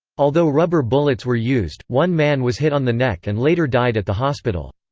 although rubber bullets were used, one man was hit on the neck and later died at the hospital.